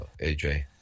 Aj